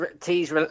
T's